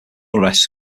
arrests